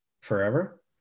forever